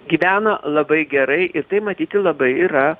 gyvena labai gerai ir tai matyti labai yra